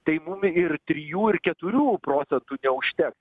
tai mum ir trijų ir keturių procentų neužteks